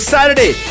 Saturday